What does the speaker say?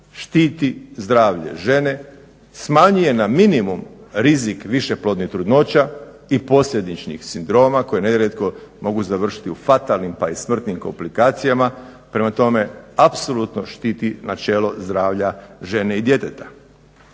štiti zdravlje žene, smanjuje na minimum rizik višeplodnih trudnoća i posljedičnih sindroma koje nerijetko mogu završiti u fatalnim pa i smrtnim komplikacijama. Prema tome, apsolutno štiti načelo zdravlja žene i djeteta.